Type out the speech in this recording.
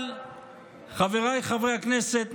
אבל חבריי חברי הכנסת,